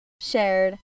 shared